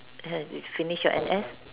and you finished your N_S